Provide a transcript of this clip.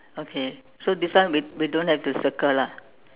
okay so this one we we don't have to circle lah